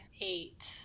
eight